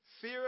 Fear